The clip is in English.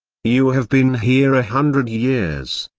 you have been here a hundred years.